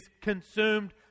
consumed